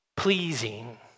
pleasing